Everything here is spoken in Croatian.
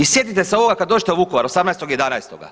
I sjetite se ovoga kada dođete u Vukovar 18.11.